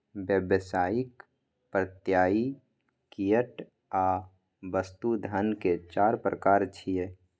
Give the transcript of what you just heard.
व्यावसायिक, प्रत्ययी, फिएट आ वस्तु धन के चार प्रकार छियै